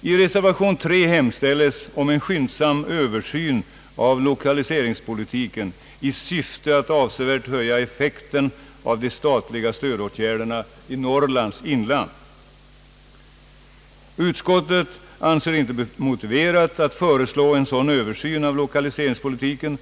I reservation nr 3 hemställes om en skyndsam översyn av lokaliseringspolitiken i syfte att avsevärt höja effekten av de statliga stödåtgärderna i Norrlands inland. Utskottet anser det inte motiverat att föreslå en sådan översyn av Ilokaliseringspolitiken.